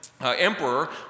emperor